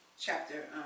chapter